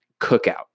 Cookout